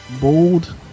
bold